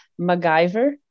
MacGyver